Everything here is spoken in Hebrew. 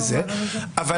אבל